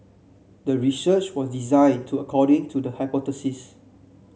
the research was designed to according to the hypothesis